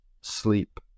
sleep